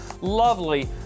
lovely